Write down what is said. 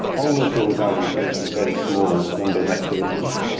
almost all value comes in a very small number of activities.